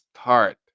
start